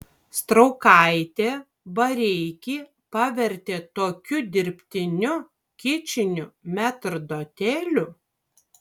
straukaitė bareikį pavertė tokiu dirbtiniu kičiniu metrdoteliu